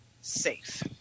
safe